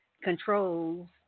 controls